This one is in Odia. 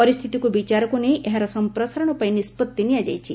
ପରିସ୍ଥିତିକୁ ବିଚାରକୁ ନେଇ ଏହାର ସଂପ୍ରସାରଣ ପାଇଁ ନିଷ୍କଭି ନିଆଯାଇଛି